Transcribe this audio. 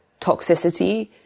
toxicity